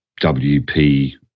WP